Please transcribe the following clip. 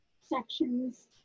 sections